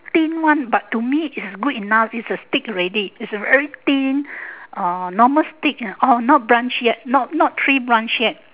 thin one but to me it's good enough it's a stick already it's a very thin uh normal stick ah not branch yet not not tree branch yet